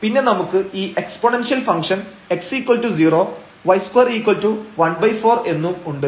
പിന്നെ നമുക്ക് ഈ എക്സ്പോണെൻഷ്യൽ ഫംഗ്ഷൻ x0 y2 ¼ എന്നും ഉണ്ട്